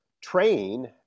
train